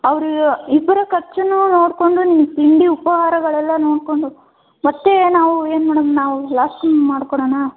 ಅವರು ಇಬ್ಬರ ಖರ್ಚನ್ನೂ ನೋಡಿಕೊಂಡು ನಿಮ್ಗೆ ತಿಂಡಿ ಉಪಾಹಾರಗಳೆಲ್ಲ ನೋಡಿಕೊಂಡು ಮತ್ತು ನಾವು ಏನು ಮೇಡಮ್ ನಾವು ಲಾಸನ್ನು ಮಾಡ್ಕೊಳೋಣ